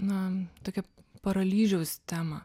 na tokią paralyžiaus temą